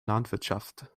landwirtschaft